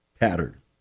Pattern